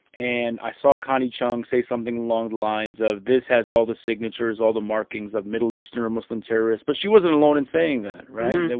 and i saw connie chung say something along the lines of, this has all the signatures, all the markings of middle eastern or muslim terrorists. but she wasn't alone in saying that, right?